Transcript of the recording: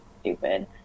stupid